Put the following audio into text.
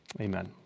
amen